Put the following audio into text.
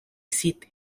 seat